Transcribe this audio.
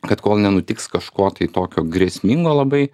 kad kol nenutiks kažko tai tokio grėsmingo labai